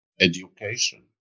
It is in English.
education